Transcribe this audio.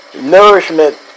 nourishment